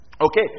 Okay